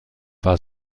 war